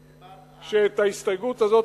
אני מבקש מכם שתקבלו את ההסתייגות הזאת,